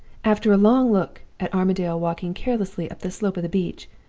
after a long look at armadale walking carelessly up the slope of the beach,